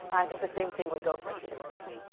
i think the same thing would go for acetaminophen.